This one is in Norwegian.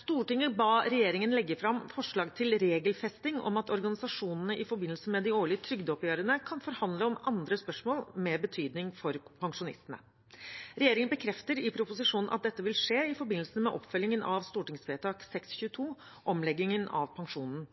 Stortinget ba regjeringen legge fram forslag til regelfesting om at organisasjonene i forbindelse med de årlige trygdeoppgjørene kan forhandle om andre spørsmål med betydning for pensjonistene. Regjeringen bekrefter i proposisjonen at dette vil skje i forbindelse med oppfølgingen av stortingsvedtak nr. 622 for 2020–2021, om omleggingen av pensjonen.